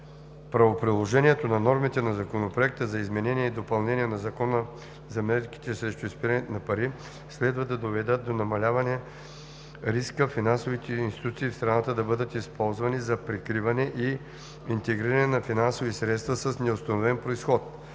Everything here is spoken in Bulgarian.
Правоприложението на нормите на Законопроекта за изменение и допълнение на Закона за мерките срещу изпирането на пари следва да доведат до намаляване риска финансовите институции в страната да бъдат използвани за прикриване и интегриране на финансови средства с неустановен произход,